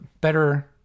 better